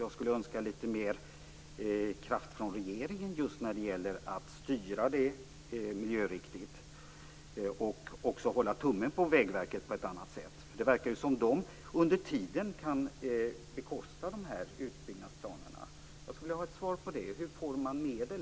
Jag skulle önska litet mer kraft från regeringen just vad gäller en miljöriktig styrning. Regeringen borde också på ett annat sätt än man gör hålla tummen på Vägverket. Det tycks ju som att de här utbyggnadsplanerna kan bekostas under tiden som överklagan ligger.